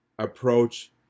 approach